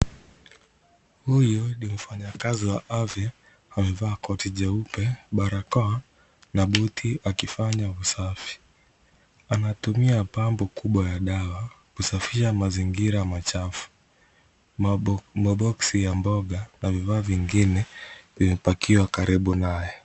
Huyu ni mfanyakazi wa afya amevaa koti jeupe, barakoa na buti akifanya usafi, anatumia pampu kubwa ya dawa kusafisha mazingira machafu, maboxisi ya mboga na vifaa vingine vimepakiwa karibu naye.